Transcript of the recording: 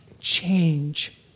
change